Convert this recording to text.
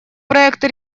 проекта